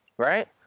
Right